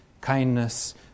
kindness